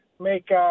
make